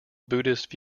buddhist